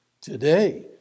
today